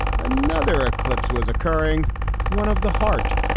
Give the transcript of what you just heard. another eclipse was occurring one of the heart.